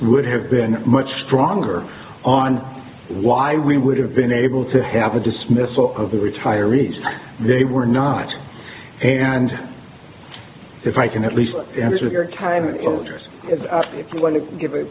would have been much stronger on why we would have been able to have a dismissal of the retirees they were not and if i can at least answer your time and orders if you want to give a